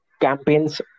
campaigns